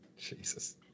Jesus